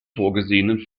vorgesehenen